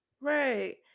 Right